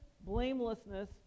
blamelessness